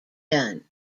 gun